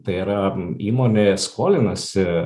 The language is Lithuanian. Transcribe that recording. tai yra įmonė skolinasi